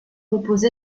repose